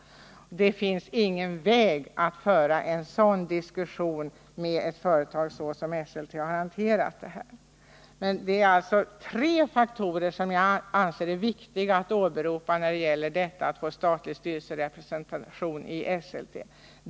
Det finns ingen möjlighet att föra en diskussion med företag som hanterar frågorna som Esselte gjort. Det är alltså tre faktorer som jag vill åberopa som skäl för att få statlig styrelserepresentation i Esselte.